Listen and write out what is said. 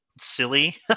silly